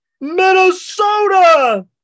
Minnesota